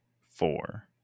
four